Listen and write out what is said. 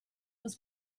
was